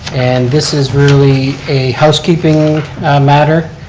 and this is really a housekeeping matter,